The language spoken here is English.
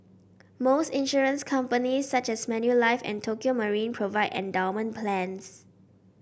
most insurance companies such as Manulife and Tokio Marine provide endowment plans